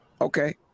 Okay